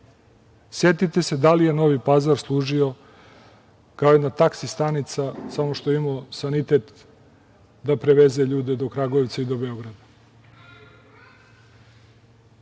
Setite se da li je Novi Pazar služio kao jedna taksi stanica, samo što je imao sanitet da preveze ljude do Kragujevca i do Beograda.